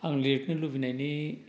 आं लिरनो लुबैनायनि